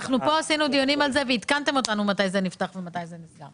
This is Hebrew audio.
אנחנו פה עשינו על זה דיונים ועדכנתם אותנו מתי זה נפתח ומתי זה נסגר.